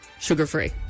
sugar-free